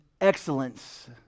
excellence